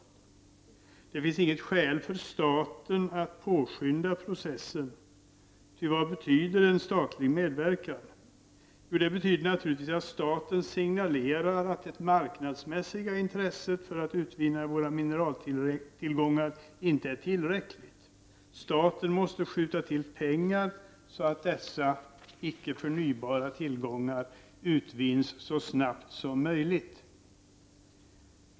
Det finns inget skäl för staten att påskynda processen. För vad betyder statlig medverkan? Jo, den betyder naturligtvis att staten signalerar att det marknadsmässiga intresset för att utvinna våra mineraltillgångar inte är tillräckligt. Staten måste skjuta till pengar så att dessa icke förnybara tillgångar utvinns så snabbt som möjligt.